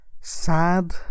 Sad